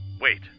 Wait